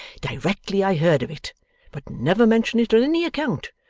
directly i heard of it but never mention it on any account,